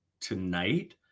tonight